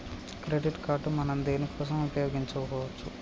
Credit card మనం దేనికోసం ఉపయోగించుకోవచ్చు?